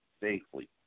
safely